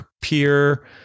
peer-